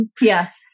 Yes